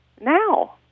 Now